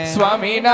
Swami